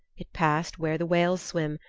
it passed where the whales swim,